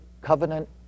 covenant